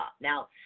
Now